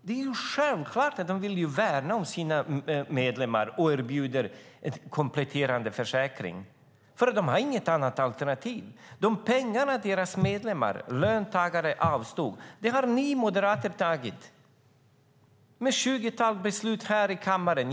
Det är självklart att de vill värna om sina medlemmar och erbjuder kompletterande försäkringar. De har inget annat alternativ. De pengar deras medlemmar, löntagarna, avstod har ni moderater tagit genom ett tjugotal genomtänkta beslut här i kammaren.